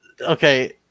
Okay